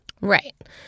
Right